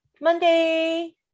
monday